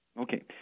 Okay